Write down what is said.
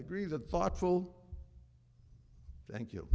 agree that thoughtful thank you